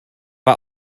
war